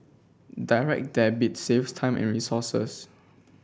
Direct Debit saves time and resources